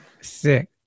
Sick